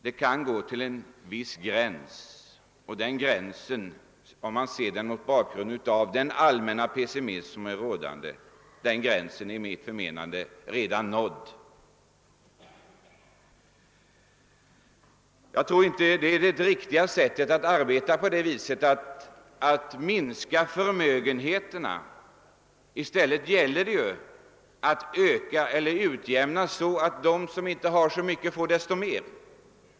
Detta kan gå till en viss gräns. Tar man hänsyn till den allmänna pessimism som nu råder, så är den gränsen enligt min mening redan nådd. Jag tror inte det är riktigt att arbeta på att minska förmögenheterna. I stället gäller det ju att utjämna så att de som inte har så mycket får desto mera.